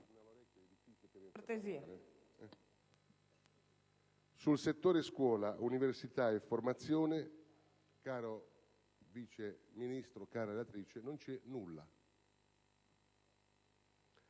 sul settore scuola, università e formazione, caro Vice Ministro, cara relatrice, non c'è nulla.